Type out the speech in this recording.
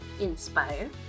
inspire